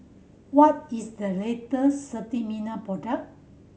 what is the latest Sterimar product